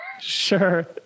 Sure